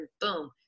boom